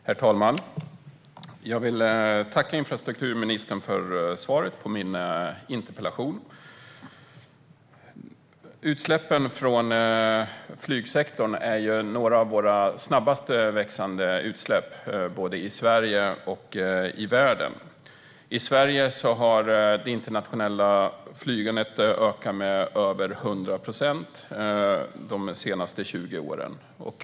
Herr talman! Jag vill tacka infrastrukturministern för svaret på min interpellation. Utsläppen från flygsektorn hör till våra snabbast växande utsläpp, både i Sverige och i världen. I Sverige har det internationella flygandet ökat med över 100 procent de senaste 20 åren.